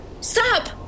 Stop